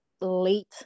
late